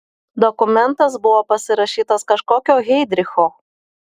dokumentas buvo pasirašytas kažkokio heidricho